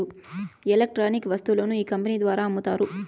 electronic వస్తువులను ఈ company ద్వారా అమ్ముతారు